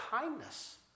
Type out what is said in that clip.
kindness